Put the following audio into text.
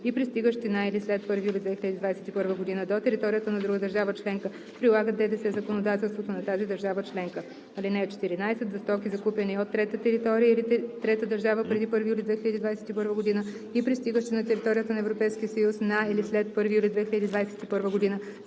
и пристигащи на или след 1 юли 2021 г. до територията на друга държава членка, прилагат ДДС законодателството на тази държава членка. (14) За стоки, закупени от трета територия или трета държава преди 1 юли 2021 г. и пристигащи на територията на Европейския съюз на или след 1 юли 2021 г.,